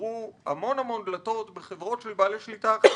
ייסגרו המון המון דלתות בחברות של בעלי שליטה אחרים,